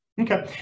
Okay